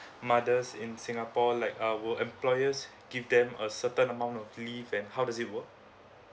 mothers in singapore like err will employers give them a certain amount of leave and how does it work